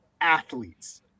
athletes